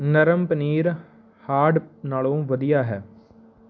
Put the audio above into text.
ਨਰਮ ਪਨੀਰ ਹਾਰਡ ਨਾਲੋਂ ਵਧੀਆ ਹੈ